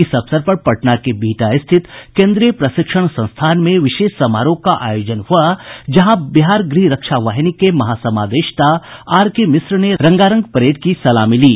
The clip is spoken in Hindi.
इस अवसर पर पटना के बिहटा स्थित केन्द्रीय प्रशिक्षण संस्थान में विशेष समारोह का आयोजन हुआ जहाँ बिहार गृह रक्षा वाहिनी के महा समादेष्टा आरके मिश्रा ने रंगारंग परेड की सलामी ली